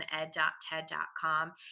ed.ted.com